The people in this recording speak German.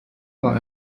war